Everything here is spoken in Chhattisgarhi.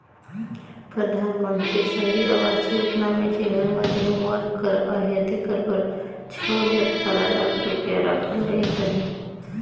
परधानमंतरी सहरी आवास योजना मे जेहर मध्यम वर्ग कर अहे तेकर बर छव ले अठारा लाख रूपिया राखल गइस अहे